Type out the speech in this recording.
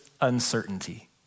uncertainty